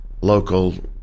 local